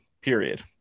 period